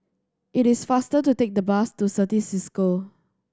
it is faster to take the bus to Certis Cisco